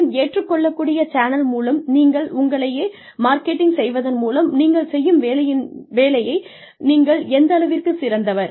மேலும் ஏற்றுக் கொள்ளக்கூடிய சேனல் மூலம் உங்களை நீங்களே மார்க்கெட்டிங் செய்வதன் மூலம் நீங்கள் செய்யும் வேலையில் நீங்கள் எந்தளவிற்கு சிறந்தவர்